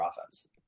offense